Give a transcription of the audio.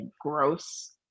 gross